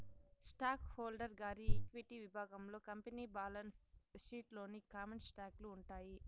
stock holder గారి equity విభాగంలో company balance sheet లోని కామన్ స్టాకులు ఉంటాయి